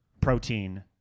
protein